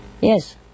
Yes